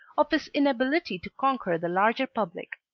of his inability to conquer the larger public.